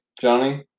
Johnny